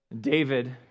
David